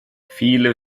viele